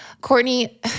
Courtney